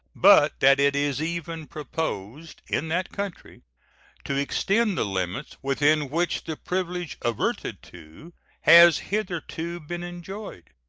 but that it is even proposed in that country to extend the limits within which the privilege adverted to has hitherto been enjoyed.